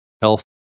health